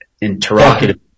interrogative